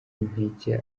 intege